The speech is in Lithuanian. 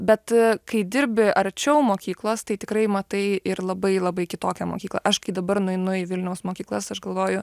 bet kai dirbi arčiau mokyklos tai tikrai matai ir labai labai kitokią mokyklą aš kai dabar nueinu į vilniaus mokyklas aš galvoju